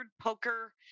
poker